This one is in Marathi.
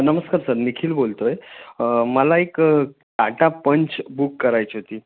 नमस्कार सर निखिल बोलतो आहे मला एक टाटा पंच बुक करायची होती